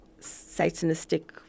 Satanistic